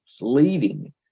leading